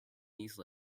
these